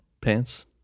pants